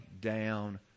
down